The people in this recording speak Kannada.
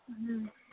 ಹ್ಞೂ